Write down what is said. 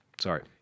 Sorry